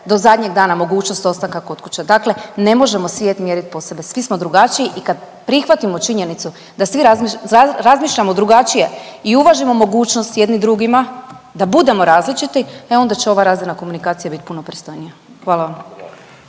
do zadnjeg dana mogućnost ostanka kod kuće. Dakle ne možemo svijet mjerit po sebi svi smo drugačiji i kad prihvatimo činjenicu da svi razmišljamo drugačije i uvažimo mogućnost jedni drugima da budemo različiti, e onda će ova razina komunikacije bit puno pristojnija. Hvala vam.